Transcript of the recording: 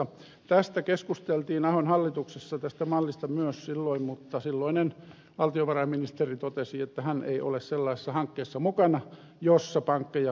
tästä mallista keskusteltiin ahon hallituksessa myös silloin mutta silloinen valtiovarainministeri totesi että hän ei ole sellaisessa hankkeessa mukana jossa pankkeja sosialisoidaan